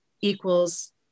equals